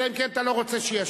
אלא אם כן אתה לא רוצה שישיבו לך.